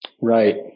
Right